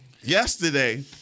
yesterday